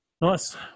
Nice